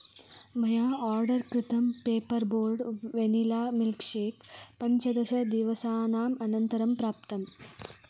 मया आर्डर् कृतं paper board vanilla milk shake पञ्चदशदिवसानाम् अनन्तरं प्राप्तम्